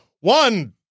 One